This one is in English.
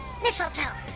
Mistletoe